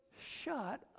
Shut